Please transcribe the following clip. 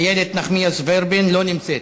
איילת נחמיאס ורבין, לא נמצאת.